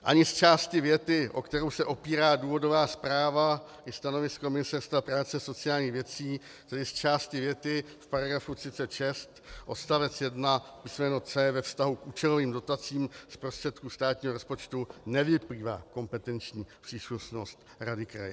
Ani z části věty, o kterou se opírá důvodová zpráva i stanovisko Ministerstva práce a sociálních věcí, tedy z části věty v § 36 odst. 1 písm. c) ve vztahu k účelovým dotacím z prostředků státního rozpočtu, nevyplývá kompetenční příslušnost rady kraje.